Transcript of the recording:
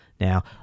Now